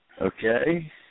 Okay